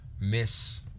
miss